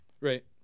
Right